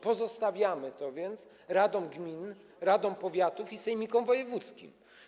Pozostawiamy to więc radom gmin, radom powiatów i sejmikom wojewódzkim.